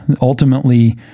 Ultimately